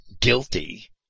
guilty